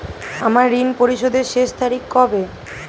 আমার ঋণ পরিশোধের শেষ তারিখ কবে?